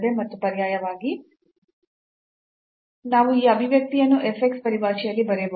ಮತ್ತು ಪರ್ಯಾಯವಾಗಿ ನಾವು ಈ ಅಭಿವ್ಯಕ್ತಿಯನ್ನು f x ಪರಿಭಾಷೆಯಲ್ಲಿ ಬರೆಯಬಹುದು